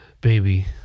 Baby